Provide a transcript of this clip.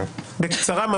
בקצרה,